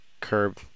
curb